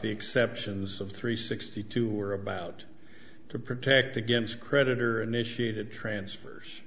the exceptions of three sixty two were about to protect against creditor initiated transfers